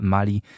Mali